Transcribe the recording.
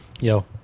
Yo